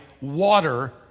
water